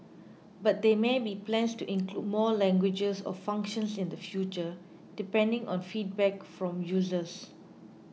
but there may be plans to include more languages or functions in the future depending on feedback from users